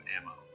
ammo